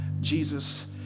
Jesus